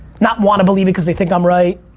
not wanna believe cause they think i'm right.